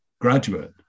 graduate